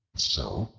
so,